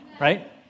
right